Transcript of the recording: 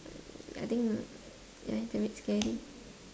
I think uh ya it's a bit scary